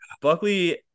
Buckley